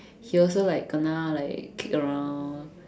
he also like kena like kicked around